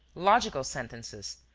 logical sentences,